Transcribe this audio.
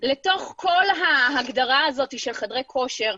לתוך כל ההגדרה הזאת של חדרי כושר.